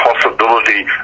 possibility